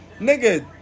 nigga